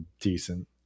decent